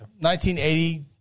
1980